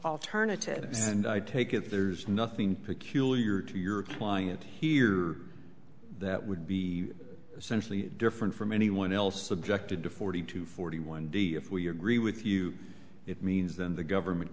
alternatives and i take it there's nothing peculiar to your client here that would be essentially different from anyone else subjected to forty two forty one d if we agree with you it means that the government